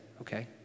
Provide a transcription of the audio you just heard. okay